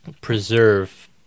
preserve